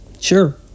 Sure